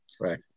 Right